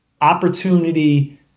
opportunity